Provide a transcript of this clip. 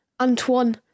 Antoine